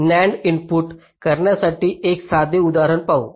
NAND input करण्यासाठी एक साधे उदाहरण पाहू